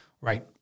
Right